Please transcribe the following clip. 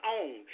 own